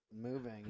moving